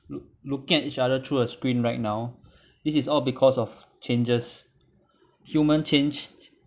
look~ looking at each other through a screen right now this is all because of changes human changed